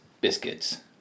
biscuits